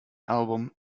album